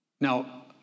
Now